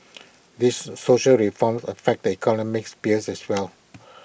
these social reforms affect the economic sphere as well